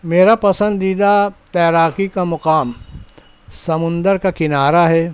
میرا پسندیدہ تیراکی کا مقام سمندر کا کنارہ ہے